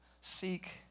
seek